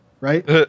right